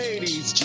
Ladies